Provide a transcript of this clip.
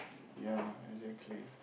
ya exactly